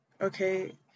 Okay